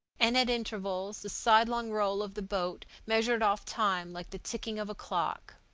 and at intervals the sidelong roll of the boat measured off time like the ticking of a clock.